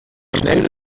schnell